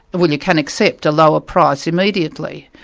but well you can accept a lower price immediately.